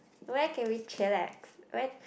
where can we chillax